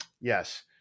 yes